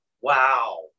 wow